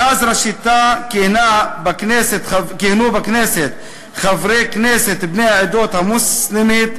מאז ראשיתה כיהנו בכנסת חברי כנסת בני העדות המוסלמית,